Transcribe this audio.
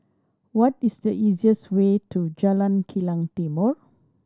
what is the easiest way to Jalan Kilang Timor